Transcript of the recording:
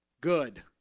Good